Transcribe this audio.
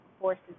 forces